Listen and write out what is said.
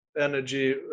energy